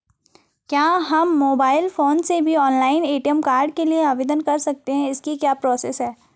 क्या हम mobile phone से भी ऑनलाइन ए.टी.एम कार्ड के लिए आवेदन कर सकते हैं इसकी क्या प्रोसेस है?